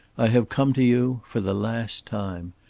i have come to you for the last time.